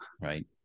right